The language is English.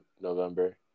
November